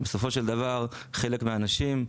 בסופו של דבר חלק מהאנשים,